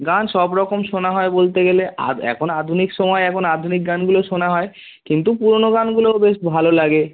গান সব রকম শোনা হয় বলতে গেলে আধ এখন আধুনিক সমায় এখন আধুনিক গানগুলো শোনা হয় কিন্তু পুরোনো গানগুলোও বেশ ভালো লাগে